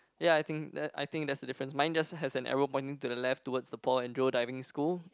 ya I think that I think that's the different mine just has an arrow pointing to the left towards the Paul and Rose Diving School